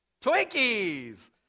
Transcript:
Twinkies